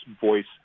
voice